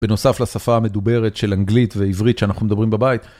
בנוסף לשפה המדוברת של אנגלית ועברית שאנחנו מדברים בבית.